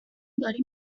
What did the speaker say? داری